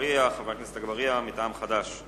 חבר הכנסת עפו אגבאריה, מטעם חד"ש.